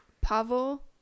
Pavel